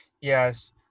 Yes